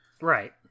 Right